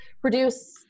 produce